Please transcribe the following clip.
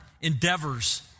endeavors